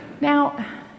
Now